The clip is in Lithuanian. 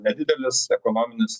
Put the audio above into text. nedidelis ekonominis